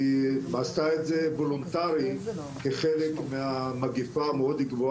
היא עשתה את זה וולונטרי כחלק מהמגפה הגבוה